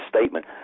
statement